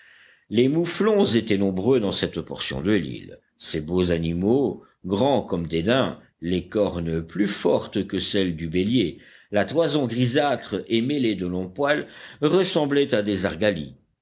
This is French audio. les mouflons étaient nombreux dans cette portion de l'île ces beaux animaux grands comme des daims les cornes plus fortes que celles du bélier la toison grisâtre et mêlée de longs poils ressemblaient à des